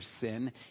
sin